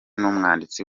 n’umwanditsi